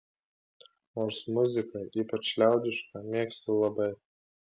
nors muziką ypač liaudišką mėgstu labai